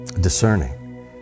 discerning